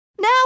now